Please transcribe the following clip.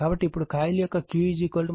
కాబట్టి ఇప్పుడు కాయిల్ యొక్క Q 31